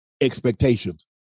Expectations